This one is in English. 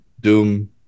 doom